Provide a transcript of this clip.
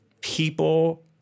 people